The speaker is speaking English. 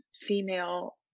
female